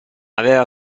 aveva